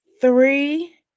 three